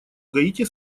гаити